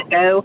go